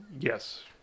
Yes